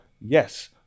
Yes